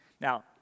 Now